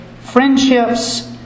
friendships